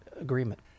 agreement